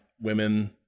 women